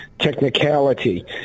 technicality